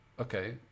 okay